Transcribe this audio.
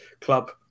club